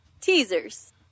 Teasers